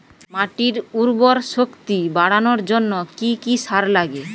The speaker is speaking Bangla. মাটির উর্বর শক্তি বাড়ানোর জন্য কি কি সার লাগে?